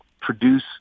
produce